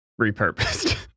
repurposed